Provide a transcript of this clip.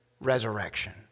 resurrection